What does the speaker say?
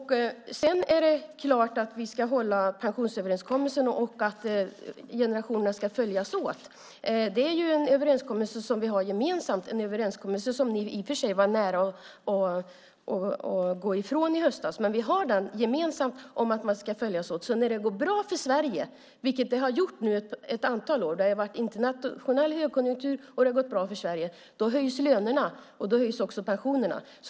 Sedan är det klart att vi ska hålla pensionsöverenskommelsen och att generationerna ska följas åt. Det är ju en överenskommelse som vi har gemensamt, en överenskommelse som ni i och för sig var nära att gå ifrån i höstas. Vi har den överenskommelsen gemensamt, om att man ska följas åt. Så när det går bra för Sverige, vilket det har gjort nu ett antal år, det har ju varit internationell högkonjunktur och det har gått bra för Sverige, höjs lönerna, och då höjs också pensionerna.